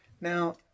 Now